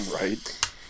Right